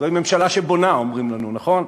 זו ממשלה שבונה, אומרים לנו, נכון?